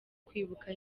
kwibuka